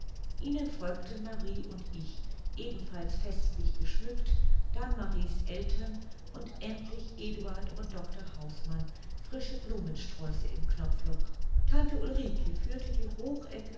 ihnen folgten marie und ich ebenfalls festlich geschmückt dann maries eltern und endlich eduard und dr hausmann frische blumensträuße im knopfloch tante ulrike führte die